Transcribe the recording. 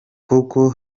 koko